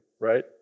right